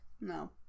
no